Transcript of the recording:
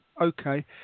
Okay